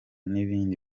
n’ibindi